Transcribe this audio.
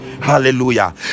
hallelujah